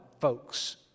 folks